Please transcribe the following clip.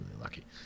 lucky